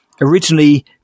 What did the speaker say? originally